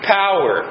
power